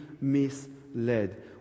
misled